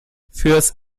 fürs